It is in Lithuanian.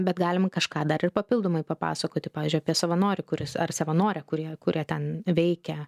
bet galima kažką dar ir papildomai papasakoti pavyzdžiui apie savanorį kuris ar savanorę kurie ten veikia